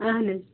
اَہَن حظ